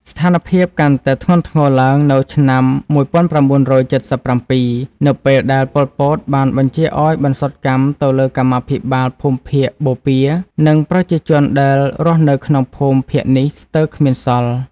ស្ថានភាពកាន់តែធ្ងន់ធ្ងរឡើងនៅឆ្នាំ ១៩៧៧ នៅពេលដែល ប៉ុល ពត បានបញ្ជាឱ្យបន្សុទ្ធកម្មទៅលើកម្មាភិបាលភូមិភាគបូព៌ា និងប្រជាជនដែលរស់នៅក្នុងភូមិភាគនេះស្ទើរគ្មានសល់។